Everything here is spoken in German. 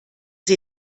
sie